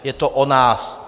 Je to o nás.